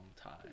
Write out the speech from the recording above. time